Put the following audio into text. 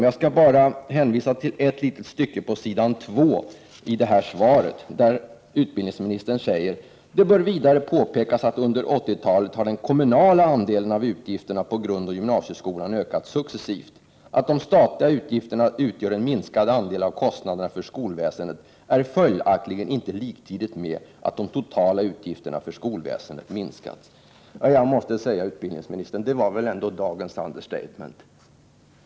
Jag skall bara hänvisa till ett litet stycke på s. 2 i svaret, där utbildningsministern säger följande: ”Det bör vidare påpekas att under 1980-talet har den kommunala andelen av utgifterna för grundoch gymnasieskolan ökat successivt. Att de statliga utgifterna utgör en minskad andel av kostnaderna för skolväsendet är följaktligen inte liktydigt med att de totala utgifterna för skolväsendet minskat.” Detta var väl ändå dagens understatement, utbildningsministern!